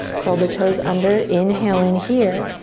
curl the toes under. inhale in here.